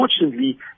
unfortunately